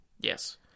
Yes